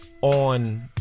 on